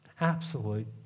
Absolute